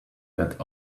that